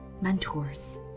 mentors